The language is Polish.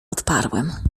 odparłem